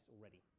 already